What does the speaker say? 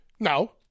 No